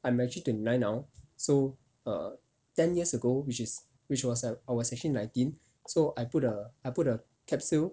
I'm actually twenty nine now so err ten years ago which is which was at I was actually nineteen so I put I put a capsule